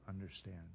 understand